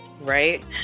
right